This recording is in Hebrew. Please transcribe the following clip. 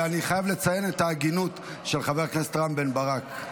אני חייב לציין את ההגינות של חבר הכנסת רם בן ברק.